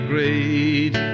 great